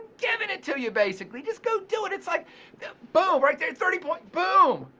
giving it to you basically. just go do it. it's like yeah boom. right there, thirty points. boom.